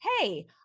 hey